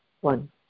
One